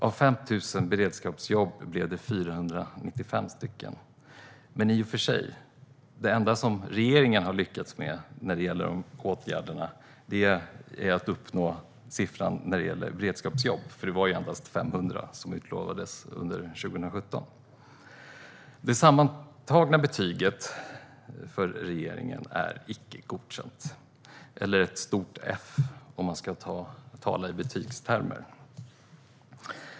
Av 5 000 beredskapsjobb blev det 495. Det enda som regeringen har lyckats med när det gäller dessa åtgärder är att uppnå siffran vad gäller beredskapsjobb, för man hade endast utlovat 500 sådana under 2017. Det sammantagna betyget för regeringen är icke godkänt eller, om man ska tala i betygstermer, ett stort F.